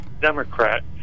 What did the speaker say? Democrat